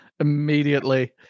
immediately